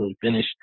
finish